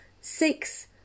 six